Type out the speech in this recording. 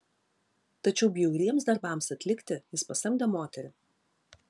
tačiau bjauriems darbams atlikti jis pasamdė moterį